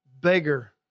beggar